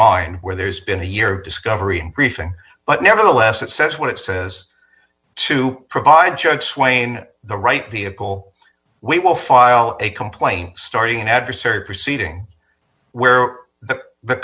mind where there's been a year of discovery and briefing but nevertheless it says what it says to provide jokes wayne the right vehicle we will file a complaint starting an adversary proceeding where the the